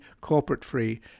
corporate-free